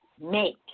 make